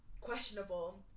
questionable